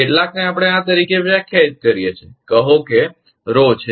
કેટલાકને આપણે આ તરીકે વ્યાખ્યાયિત કરીએ કહો કે તે છે